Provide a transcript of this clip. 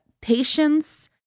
patience